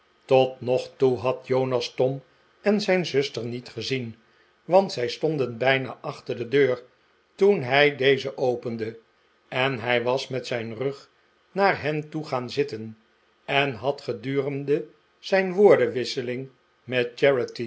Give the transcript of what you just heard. tot nog toe had jonas tom en zijn zuster niet gezien want zij stonden bijna achter de deur toen hij deze opende en hij was met zijn rug naar hen toe gaan zitten en had gedurende zijn woordenwisseling met